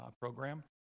program